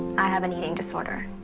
i have an eating disorder.